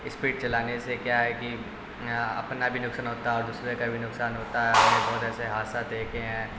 speed چلانے سے کیا ہے کہ اپنا بھی نقصان ہوتا ہے اور دوسرے کا بھی نقصان ہوتا ہے ہم بہت ایسے حادثہ دیکھے ہیں